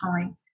time